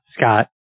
Scott